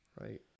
Right